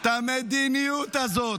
את המדיניות הזאת.